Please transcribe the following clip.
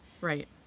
Right